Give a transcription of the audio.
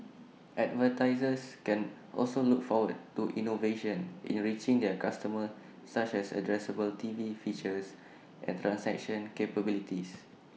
advertisers can also look forward to innovations in reaching their customers such as addressable TV features and transaction capabilities